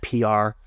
PR